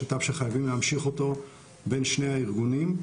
שת"פ שחייבים להמשיך אותו בין שני הארגונים,